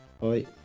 Hi